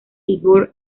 igor